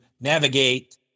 navigate